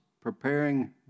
preparing